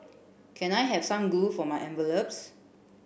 can I have some glue for my envelopes